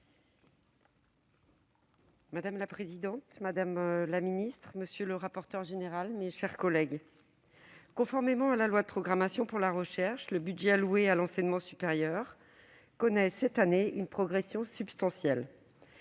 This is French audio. Madame la présidente, madame la ministre, mes chers collègues, conformément à la loi de programmation de la recherche (LPR), le budget alloué à l'enseignement supérieur connaît cette année une progression substantielle